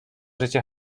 życie